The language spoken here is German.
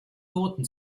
noten